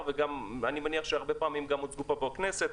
ואני מניח שהרבה פעמים הוצגו פה בכנסת,